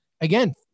again